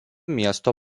miesto